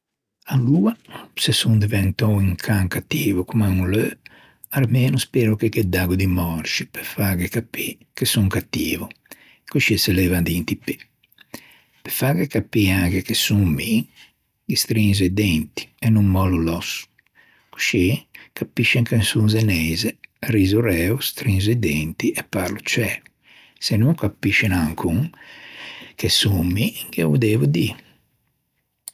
Aloa se son diventou un can cattio comme un leu armeno spero che ghe daggo di mòrsci pe fâghe capî che son cattio coscì se levan d'inti pê. Pe fâghe capî anche che son mi i strinzo i denti e no mòllo l'òsso coscì capiscen che son zeneise riso ræo, strenzo i denti e parlo ciæo. Se no capiscen ancon che son mi ghe ô devo dî.